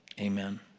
amen